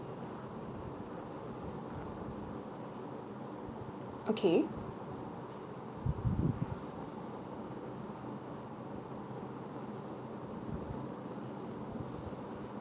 okay